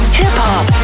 hip-hop